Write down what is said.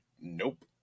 nope